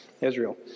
Israel